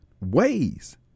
ways